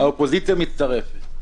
האופוזיציה מצטרפת.